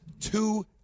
two